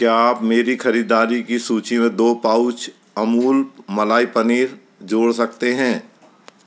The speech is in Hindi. क्या आप मेरी ख़रीददारी की सूची में दो पाउच अमूल मलाई पनीर जोड़ सकते हैं